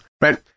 Right